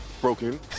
broken